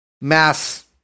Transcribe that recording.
mass